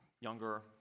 younger